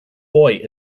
boy